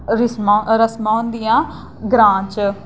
रिस्मां रस्मां होंदियां ग्रांऽ च